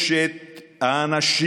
יש בהם אנשים